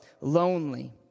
lonely